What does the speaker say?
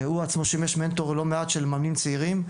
הוא עצמו שימש מנטור לא מעט של מאמנים צעירים.